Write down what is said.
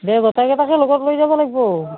দে গোটাইকেইটাকে লগত লৈ যাব লাগব